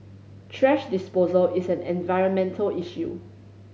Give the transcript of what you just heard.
thrash disposal is an environmental issue